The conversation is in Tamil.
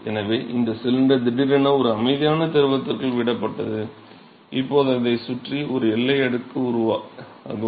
எனவே இந்த சிலிண்டர் திடீரென ஒரு அமைதியான திரவத்திற்குள் விடப்பட்டது இப்போது அதைச் சுற்றி ஒரு எல்லை அடுக்கு உருவாகும்